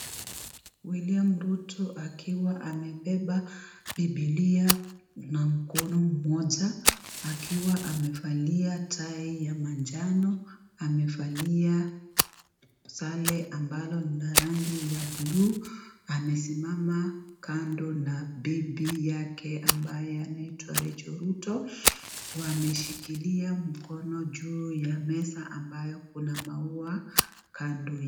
William ruto akiwa amebeba bibilia na mkono mmoja akiwa amevalia tai ya manjano ,amevalia sare ambalo ni la rangi ya buluu amesimama kando na bibi yake ambaye anaitwa Rael Ruto wameshikilia mkono juu ya meza ambayo kuna maua kando yake.